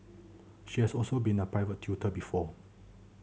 she has also been a private tutor before